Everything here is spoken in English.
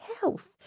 health